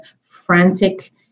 frantic